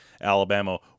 Alabama